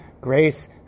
Grace